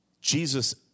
Jesus